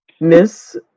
Miss